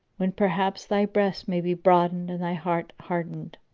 when perhaps thy breast may be broadened and thy heart heartened.